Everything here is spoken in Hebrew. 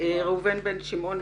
ראובן בן שמעון,